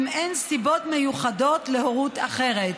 אם אין סיבות מיוחדות להורות אחרת.